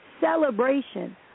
celebration